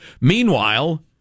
Meanwhile